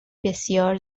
بسیار